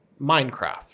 Minecraft